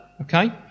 Okay